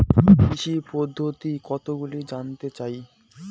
কৃষি পদ্ধতি কতগুলি জানতে চাই?